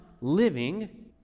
living